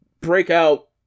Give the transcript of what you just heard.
breakout